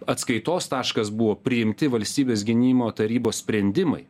atskaitos taškas buvo priimti valstybės gynimo tarybos sprendimai